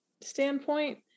standpoint